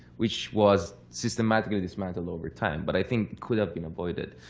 which was systematically dismantled over time. but i think could have been avoided.